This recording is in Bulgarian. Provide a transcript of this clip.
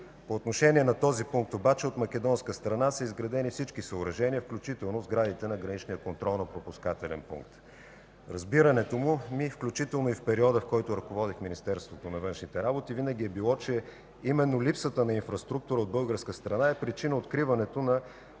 По отношение на този пункт обаче от македонска страна са изградени всички съоръжения, включително сградите на граничния контролно-пропускателен пункт. Разбирането ми, включително и в периода, в който ръководих Министерството на външните работи, винаги е било, че именно липсата на инфраструктура от българска страна е причина откриването на